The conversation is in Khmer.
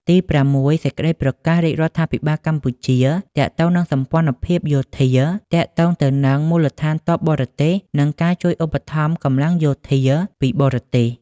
ទីប្រាំមួយ សេចក្តីប្រកាសរាជរដ្ឋាភិបាលកម្ពុជា ទាក់ទងនឹងសម្ព័ន្ធភាពយោធា ទាក់ទងទៅនឹង មូលដ្ឋានទ័ពបរទេស និងការជួយឧបត្ថម្ភកម្លាំងយោធាពីបរទេស។